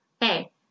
hey